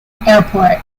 airport